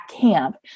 camp